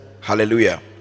Hallelujah